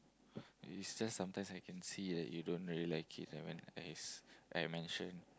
it's just sometimes I can see that you don't really like it like when I s~ when I mention